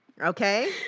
okay